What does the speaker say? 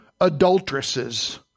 adulteresses